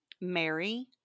Mary